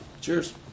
Cheers